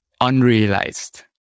unrealized